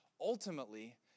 ultimately